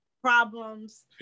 problems